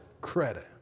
credit